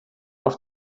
auf